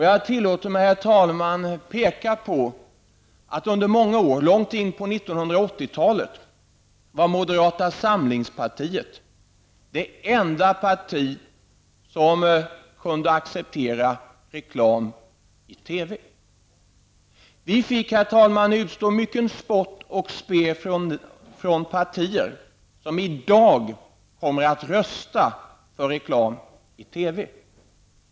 Jag tillåter mig, herr talman, att peka på att moderata samlingspartiet långt in på 1980-talet var det enda parti som kunde acceptera reklam i TV. Vi fick, herr talman, utstå mycken spott och spe från partier, som i dag kommer att rösta för reklam i TV.